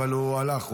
אבל השר הלך,